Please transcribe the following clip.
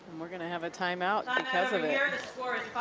we're gonna have a timeout because of it.